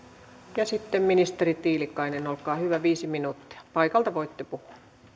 sitten ministeri tiilikainen olkaa hyvä viisi minuuttia paikalta voitte puhua